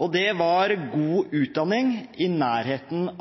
og det var god utdanning i nærheten